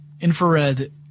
infrared